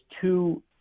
two